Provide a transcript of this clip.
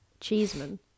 Cheeseman